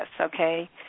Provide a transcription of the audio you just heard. okay